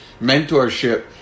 mentorship